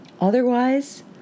otherwise